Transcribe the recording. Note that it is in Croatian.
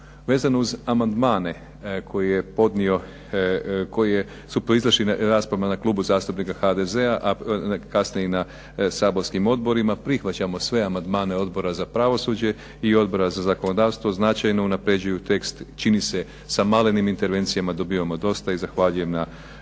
koje je podnio, koji su proizašli na raspravama na klubu zastupnika HDZ-a, a kasnije i na saborskim odborima prihvaćamo sve amandmane Odbora za pravosuđe i Odbora za zakonodavstvo, značajno unapređuju tekst. Čini se sa malenim intervencijama dobivamo dosta i zahvaljujem na